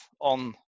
on